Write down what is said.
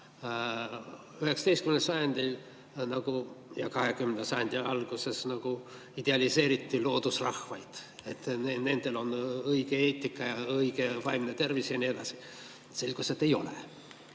19. sajandil ja 20. sajandi alguses idealiseeriti loodusrahvaid, et nendel on õige eetika ja hea vaimne tervis ja nii edasi. Selgus, et ei ole.